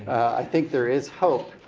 i think there is hope.